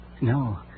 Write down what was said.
No